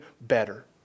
better